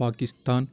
Pakistan